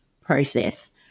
process